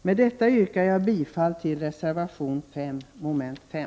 Jag yrkar bifall till reservation 5.